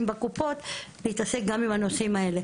בקופות שיתעסקו גם עם הנושאים האלה.